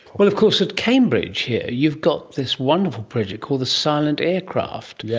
but of course at cambridge here you've got this wonderful project called the silent aircraft, yeah